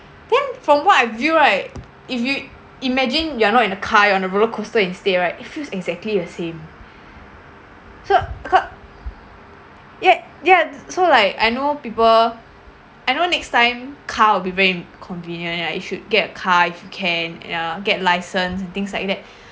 then from what I view right if you imagine you are not in a car you're on a roller coaster instead right it feels exactly the same so cau~ ya ya so like I know people I know next time car will be very im~ convenient like you should get car if you can ya get license and things like that